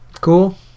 cool